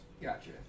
Gotcha